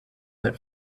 that